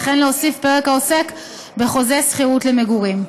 וכן להוסיף פרק העוסק בחוזה שכירות למגורים.